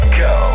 go